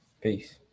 Peace